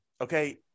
Okay